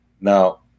Now